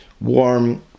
warm